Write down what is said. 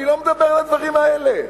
אני לא מדבר על הדברים האלה,